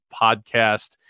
podcast